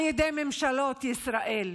על ידי ממשלות ישראל.